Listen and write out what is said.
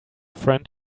friend